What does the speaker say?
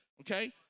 okay